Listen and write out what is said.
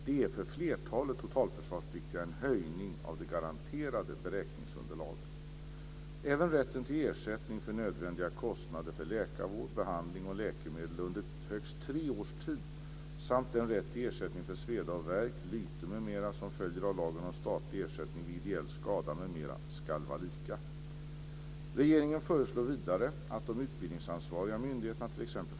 Det är för flertalet totalförsvarspliktiga en höjning av det garanterade beräkningsunderlaget. Regeringen föreslår vidare att de utbildningsansvariga myndigheterna, t.ex.